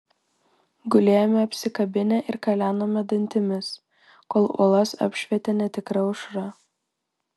gulėjome apsikabinę ir kalenome dantimis kol uolas apšvietė netikra aušra